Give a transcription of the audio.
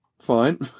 fine